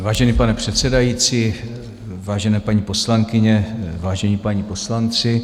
Vážený pane předsedající, vážené paní poslankyně, vážení páni poslanci.